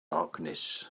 darkness